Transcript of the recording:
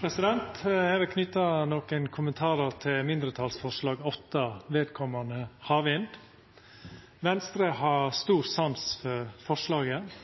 Eg vil knyta nokre kommentarar til mindretalsforslag nr. 8, om havvind. Venstre har stor sans for forslaget.